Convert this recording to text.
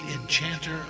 enchanter